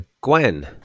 Gwen